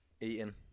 eating